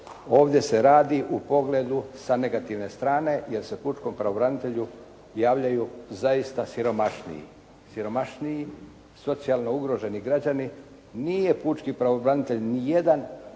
ovdje se radi u pogledu sa negativne strane, jer se pučkom pravobranitelju javljaju zaista siromašniji, socijalno ugroženi građani. Nije pučki pravobranitelj ni jedan